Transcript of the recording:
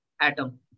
Atom